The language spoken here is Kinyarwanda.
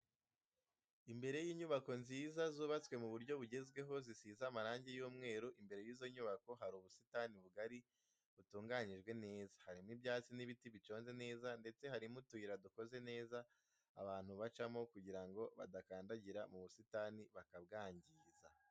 Imbere y'inyubako nziza zubatswe mu buryo bugezweho, zisize amarangi y'umweru, imbere y'izo nyubako hari ubusitani bugari butunganyijwe neza, harimo ibyatsi n'ibiti biconze neza ndetse harimo utuyira dukoze neza abantu bacamo kugira ngo badakandagira mu busitani bakabwangiza.